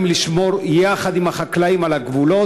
איסור להפלות באספקת מוצר או שירות ציבורי מחוץ למקום העסק בין